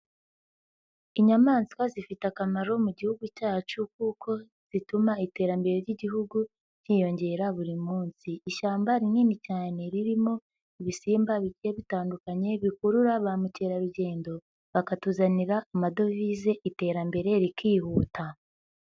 Inyamaswa zifite akamaro mu Gihugu cyacu kuko zituma iterambere ry'Igihugu ryiyongera buri munsi. Ishyamba rinini cyane ririmo ibisimba bigiye bitandukanye bikurura ba mukerarugendo bakatuzanira amadovize iterambere rikihuta.